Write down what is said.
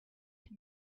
him